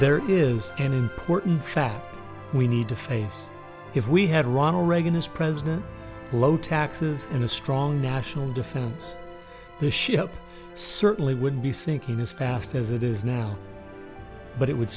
there is an important fact we need to face if we had ronald reagan as president low taxes and a strong national defense the ship certainly would be sinking as fast as it is now but it would